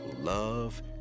love